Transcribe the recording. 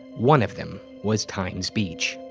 one of them was times beach.